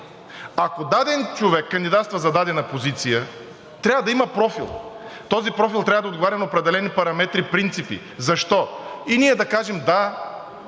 Ако даден човек кандидатства за дадена позиция, трябва да има профил, този профил трябва да отговаря на определени параметри и принципи. Защо? И ние да кажем: да,